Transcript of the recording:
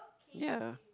ya